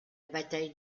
bataille